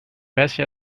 bessie